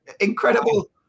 Incredible